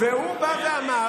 והוא בא ואמר,